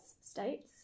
states